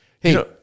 Hey